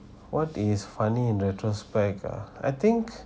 what is funny in retrospect ah I think